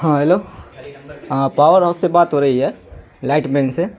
ہاں ہیلو ہاں power house سے بات ہو رہی ہے لائٹ مین سے